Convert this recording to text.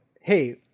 hey